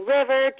River